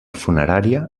funerària